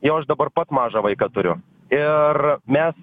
jau aš dabar pats mažą vaiką turiu ir mes